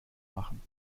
machen